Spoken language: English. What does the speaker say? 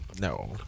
No